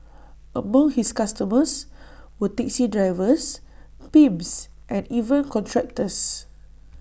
among his customers were taxi drivers pimps and even contractors